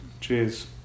Cheers